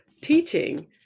teaching